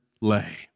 lay